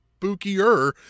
spookier